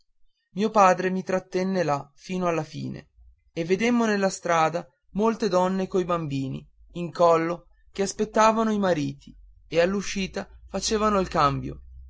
mio padre mi trattenne là fino alla fine e vedemmo nella strada molte donne coi bambini in collo che aspettavano i mariti e all'uscita facevano il cambio